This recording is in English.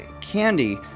Candy